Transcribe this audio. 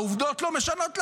העובדות לא משנות לכם.